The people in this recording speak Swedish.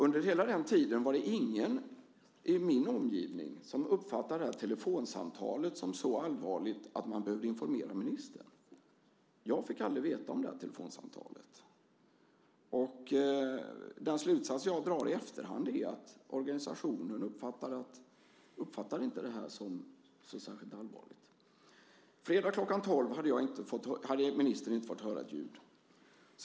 Under hela den tiden var det ingen i min omgivning som uppfattade detta telefonsamtal som så allvarligt att de behövde informera ministern. Jag fick aldrig veta något om telefonsamtalet. Den slutsats som jag drar i efterhand är att organisationen inte uppfattade detta som så särskilt allvarligt. Fredag kl. 12 hade ministern inte fått höra ett ljud.